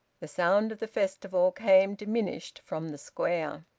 the sound of the festival came diminished from the square.